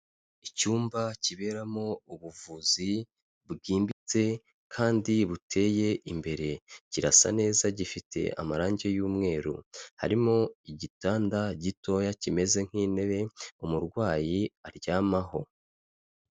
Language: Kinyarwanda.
Icyumba kiberamo ubuvuzi bwimbitse kandi buteye imbere, kirasa neza gifite amarangi y'umweru, harimo igitanda gitoya kimeze nk'intebe umurwayi aryamaho.